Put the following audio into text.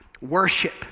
worship